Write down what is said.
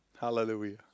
hallelujah